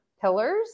pillars